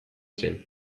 zen